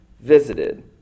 visited